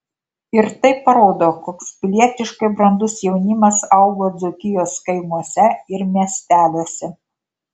ir tai parodo koks pilietiškai brandus jaunimas augo dzūkijos kaimuose ir miesteliuose